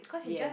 yes